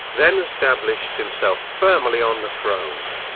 then established himself firmly on the throne.